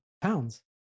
pounds